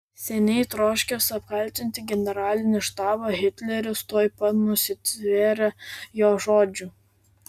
seniai troškęs apkaltinti generalinį štabą hitleris tuoj pat nusitvėrė jo žodžių